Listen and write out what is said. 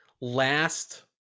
last